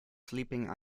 sleeping